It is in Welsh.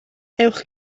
ewch